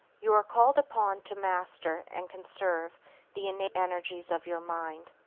you are called upon to master and conserve the innate energies of your mind.